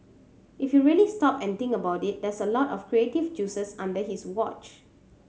if you really stop and think about it that's a lot of creative juices under his watch